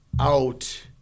out